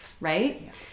Right